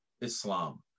Islam